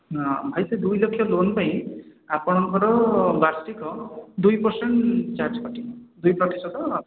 ହଁ ଭାଇ ସେ ଦୁଇ ଲକ୍ଷ ଲୋନ୍ ପାଇଁ ଆପଣଙ୍କର ବାର୍ଷିକ ଦୁଇ ପରସେଣ୍ଟ ଚାର୍ଜ କଟେ ଦୁଇ ପ୍ରତିଶତ